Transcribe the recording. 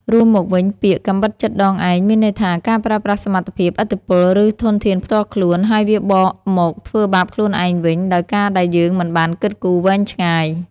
រួមមកវិញ ពាក្យ «កាំបិតចិតដងឯង» មានន័យថា ការប្រើប្រាស់សមត្ថភាព ឥទ្ធិពល ឬធនធានផ្ទាល់ខ្លួន ហើយវាបកមកធ្វើបាបខ្លួនឯងវិញ ដោយការដែលយើងមិនបានគិតគូរវែងឆ្ងាយ។